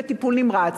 וטיפול נמרץ.